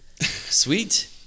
Sweet